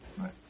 Right